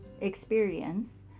experience